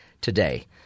today